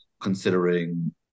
considering